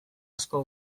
asko